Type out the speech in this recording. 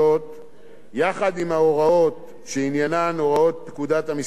יחד עם ההוראות שעניינן הוראות פקודת המסחר עם האויב,